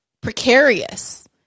precarious